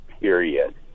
period